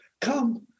come